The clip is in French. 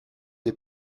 des